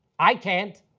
i can't.